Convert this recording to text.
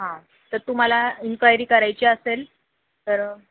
हां तर तुम्हाला इन्क्वायरी करायची असेल तर